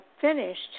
finished